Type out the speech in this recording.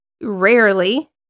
rarely